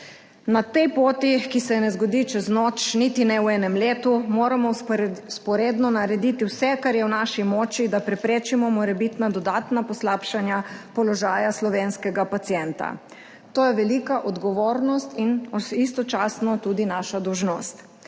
Na tej poti, ki se ne zgodi čez noč, niti ne v enem letu, moramo vzporedno narediti vse, kar je v naši moči, da preprečimo morebitna dodatna poslabšanja položaja slovenskega pacient. To je velika odgovornost in istočasno tudi naša dolžnost.